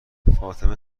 فاطمه